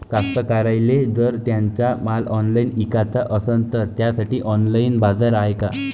कास्तकाराइले जर त्यांचा माल ऑनलाइन इकाचा असन तर त्यासाठी ऑनलाइन बाजार हाय का?